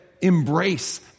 embrace